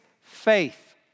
faith